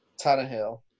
Tannehill